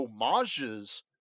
homages